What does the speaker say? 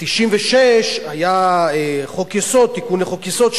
ב-1996 היה תיקון לחוק-יסוד,